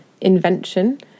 invention